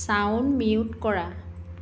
sound mute কৰা